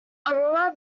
aurora